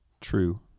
True